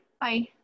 bye